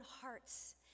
hearts